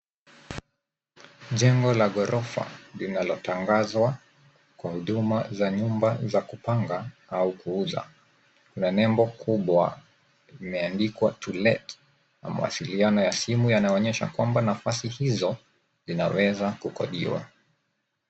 Jengo la ghorofa linalotangazwa kwa huduma za nyumba za kupanga au kuuza. Kuna nembo kubwa imeandikwa TO LET na mawasiliano ya simu yanaonyesha kuwa nafasi hizo zinaweza kukodiwa.